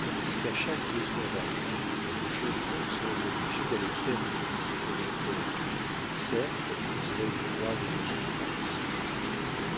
tandis qu'à chaque besoin d'argent le jeune comte serait obligé d'aller faire une visite au notaire qui certes userait du droit de remontrance